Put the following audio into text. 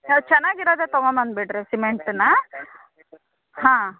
ಅದ ಚೆನ್ನಾಗಿರೋದೇ ತಗೊಂಬಂದು ಬಿಡ್ರಿ ಸಿಮೆಂಟನ್ನ ಹಾಂ